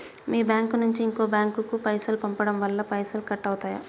మీ bank నుంచి ఇంకో bank కు పైసలు పంపడం వల్ల పైసలు కట్ అవుతయా?